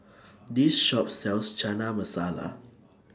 This Shop sells Chana Masala